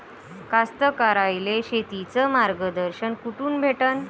कास्तकाराइले शेतीचं मार्गदर्शन कुठून भेटन?